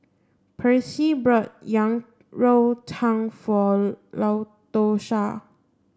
Percy brought Yang Rou Tang for Latosha